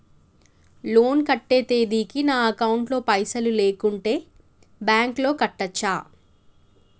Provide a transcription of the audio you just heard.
Loan కట్టే తేదీకి నా అకౌంట్ లో పైసలు లేకుంటే బ్యాంకులో కట్టచ్చా?